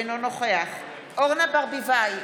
אינו נוכח אורנה ברביבאי,